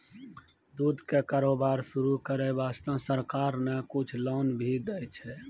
दूध के कारोबार शुरू करै वास्तॅ सरकार न कुछ लोन भी दै छै